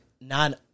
non